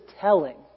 telling